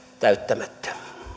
täyttämättä